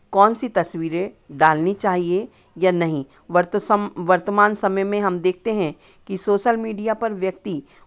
कौन सी तस्वीरें डालनी चाहिए या नहीं वर्त सम वर्तमान समय में हम देखते हैं कि सोशल मीडिया पर व्यक्ति